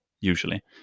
usually